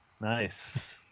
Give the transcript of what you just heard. Nice